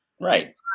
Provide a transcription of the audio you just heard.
right